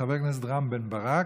חבר הכנסת רם בן-ברק,